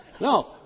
No